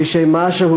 ושהם משהו,